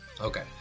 Okay